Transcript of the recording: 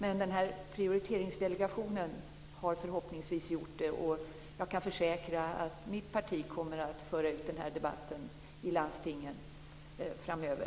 Men Prioriteringsdelegationen har förhoppningsvis gjort det, och jag kan försäkra att mitt parti kommer att föra ut den här debatten i landstingen framöver.